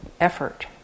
effort